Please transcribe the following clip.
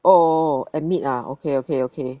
oh admit ah okay okay okay